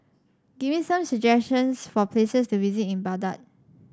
give me some suggestions for places to visit in Baghdad